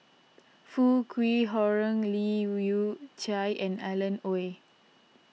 Foo Kwee Horng Leu Yew Chye and Alan Oei